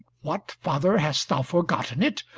what, father, hast thou forgotten it?